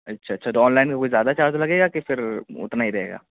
اچھا اچھا تو آن لائن پہ کوئی زیادہ چارج لگے گا کہ پھر اتنا ہی رہے گا